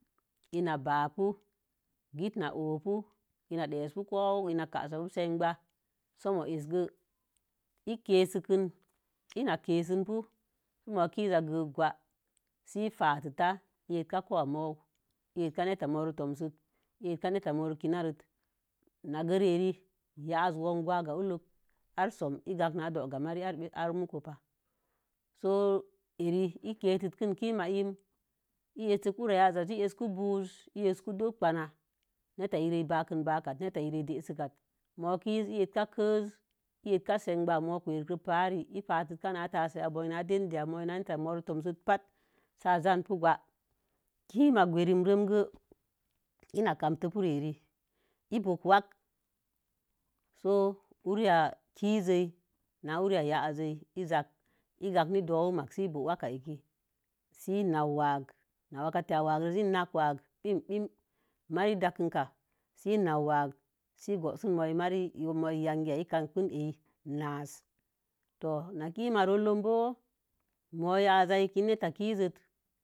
Ina ba pu, git na o̱o pu, ina kasapu sembwa, i kesə kən, ina kesən pu sə mo kiz a gə gwa. Síí fateta, i eska nata moro tomsət na neta moro kina rot, na gə rii eri yaaz womp gwaga ullok ar som, ar muko pa, so eri i kesəkən kima in, ura yaazaz, i esku buz, i esƙu dot bwana, netta iro i bakən baakat netta iro i desək at, mo kiz i etka kəz, i etƙa senbwa a mook wer ro paari, i fatitka na tassai ya moi na dendi a moi, netta moro tomsot pat se a janpu gwa, kimma gweri romgo, ina kamto pu ri eri, i book waak sə nnau waag, na wakatea, waarozi n nag waag bim bim, mari, daakən ka, sə i nau waag sə moi yangi a i kampu ei naas, to na kim ma vollom boo moo yaaz a yik yin netta kizot